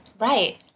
Right